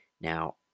Now